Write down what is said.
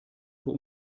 für